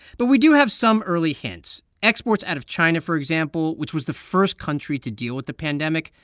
but we do have some early hints. exports out of china, for example, which was the first country to deal with the pandemic,